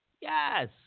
yes